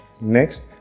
Next